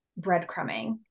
breadcrumbing